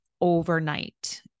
overnight